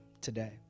today